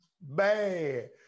Bad